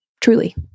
truly